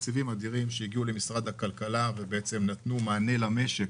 תקציבים אדירים שהגיעו למשרד הכלכלה נתנו מענה למשק